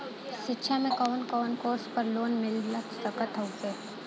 शिक्षा मे कवन कवन कोर्स पर लोन मिल सकत हउवे?